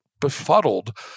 befuddled